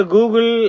Google